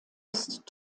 ist